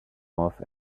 off